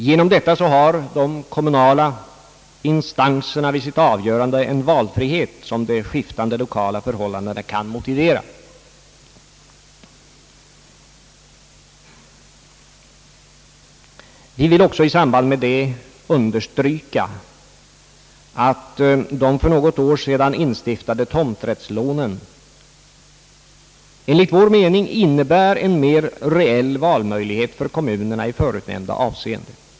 Genom detta har de kommunala instanserna vid sitt avgörande en valfrihet som de skiftande lokala förhållandena kan motivera. Vi vill också i samband med detta understryka att de för något år sedan instiftade tomträttslånen enligt vår mening innebär en mera reell valmöjlighet för kommunerna i förutnämnda avseenden.